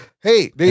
Hey